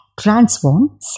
transform